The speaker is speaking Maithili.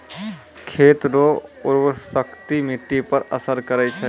खेत रो उर्वराशक्ति मिट्टी पर असर करै छै